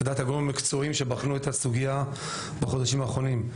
לדעת הגורמים המקצועיים שבחנו את הסוגייה בחודשים האחרונים,